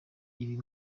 ibi